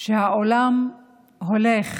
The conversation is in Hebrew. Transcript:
שהעולם הולך